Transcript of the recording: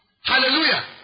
Hallelujah